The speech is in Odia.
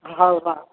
ହଉ ହଁ